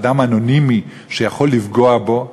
האדם האנונימי שיכול לפגוע בו.